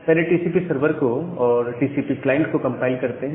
पहले TCP server को और टीसीपी क्लाइंट कंपाइल करते हैं